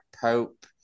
Pope